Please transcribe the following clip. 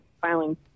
filing